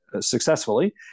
successfully